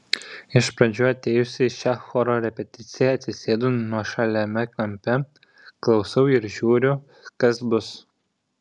iš pradžių atėjusi į šią choro repeticiją atsisėdu nuošaliame kampe klausausi ir žiūriu kas bus